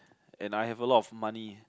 and I have a lot of money